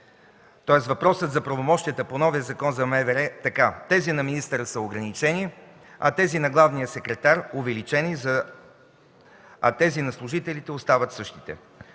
въпроса за правомощията по новия Закон за МВР така: тези на министъра са ограничени, тези на главния секретар – увеличени, а тези на служителите остават същите.